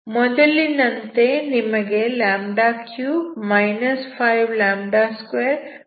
ಮೊದಲಿನಂತೆ ನಿಮಗೆ 3 526λ0 ದೊರೆಯುತ್ತದೆ